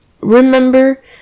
remember